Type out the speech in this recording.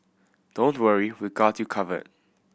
don't worry we've got you covered